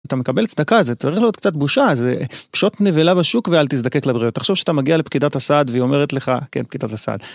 אתה מקבל צדקה זה צריך להיות קצת בושה זה פשוט נבלה בשוק ואל תזדקק לבריאות תחשוב שאתה מגיע לפקידת הסעד והיא אומרת לך כן פקידת הסעד.